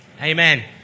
Amen